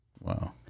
Wow